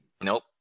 Nope